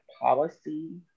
policy